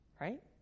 right